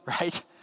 right